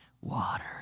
water